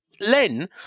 Len